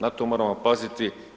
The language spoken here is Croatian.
Na to moramo paziti.